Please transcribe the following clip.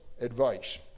advice